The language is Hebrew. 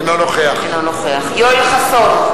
אינו נוכח יואל חסון,